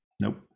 Nope